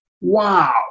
Wow